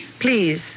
Please